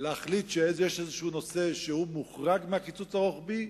להחליט שיש איזה נושא שמוחרג מהקיצוץ הרוחבי,